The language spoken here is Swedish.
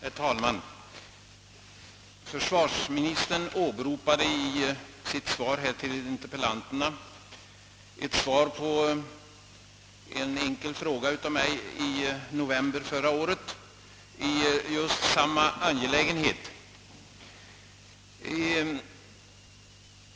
Herr talman! Försvarsministern åberopar i sitt svar till interpellanterna ett svar på en enkel fråga av mig under november månad förra året i just samma angelägenhet.